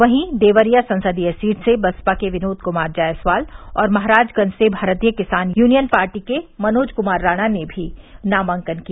वहीं देवरिया संसदीय सीट से बसपा के विनोद कुमार जायसवाल और महराजगंज से भारतीय किसान यूनियन पार्टी के मनोज कुमार राणा ने भी नामांकन किया